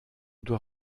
doit